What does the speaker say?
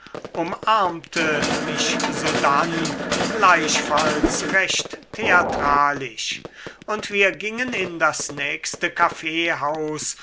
umarmte mich sodann gleichfalls recht theatralisch und wir gingen in das nächste kaffeehaus